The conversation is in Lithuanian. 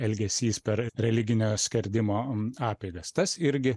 elgesys per religinio skerdimo apeigas tas irgi